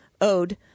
owed